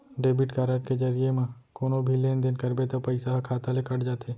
debit card के जरिये म कोनो भी लेन देन करबे त पइसा ह खाता ले कट जाथे